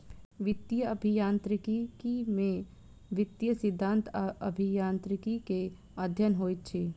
वित्तीय अभियांत्रिकी में वित्तीय सिद्धांत आ अभियांत्रिकी के अध्ययन होइत अछि